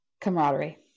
Camaraderie